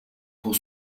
pour